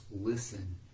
listen